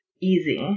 easy